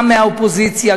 גם מהאופוזיציה,